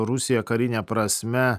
rusija karine prasme